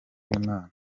wimana